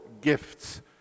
gifts